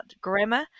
grammar